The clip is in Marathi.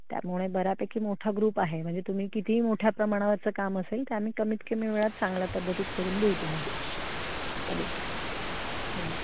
त्यामुळे बऱ्यापैकी मोठा ग्रुप आहे म्हणजे तुम्ही कितीही मोठ्या प्रमाणावरचं काम असेल ते आम्ही कमीत कमी वेळात चांगल्या पद्धतीत करून देऊ तुम्हाला अगदी